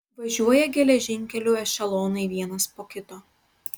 važiuoja geležinkeliu ešelonai vienas po kito